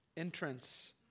Entrance